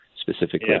specifically